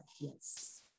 Yes